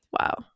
wow